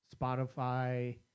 spotify